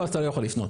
אתה לא יכול לפנות.